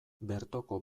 bertoko